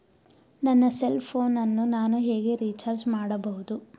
ನನ್ನ cell phone ಅನ್ನು ನಾನು ಹೇಗೆ ರಿಚಾರ್ಜ್ ಮಾಡಬಹುದು?